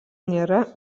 nėra